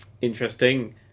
Interesting